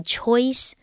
Choice